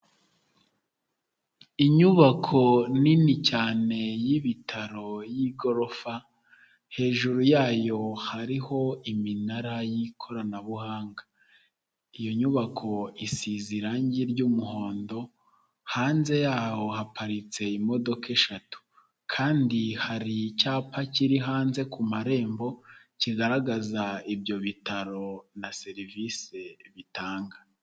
Inyubako nini cyane y'ibitaro y'igorofa hejuru yayo hariho iminara y'ikoranabuhanga, iyo nyubako isize irangi ry'umuhondo hanze yaho haparitse imodoka eshatu, kandi hari icyapa kiri hanze ku marembo kigaragaza ibyo bitaro na serivise bitanga.